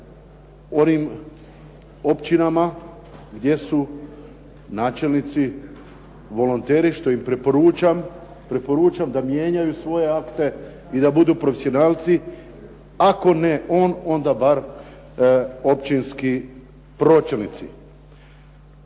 onim općinama gdje su načelnici volonteri što im preporučam da mijenjaju svoje akte i da budu profesionalci ako ne on, onda bar općinski pročelnici.